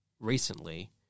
Recently